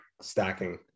stacking